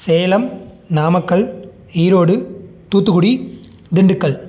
Salem Namakkal Erode Thoothukudi Dindigul